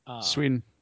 Sweden